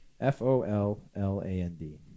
F-O-L-L-A-N-D